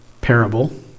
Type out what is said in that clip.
parable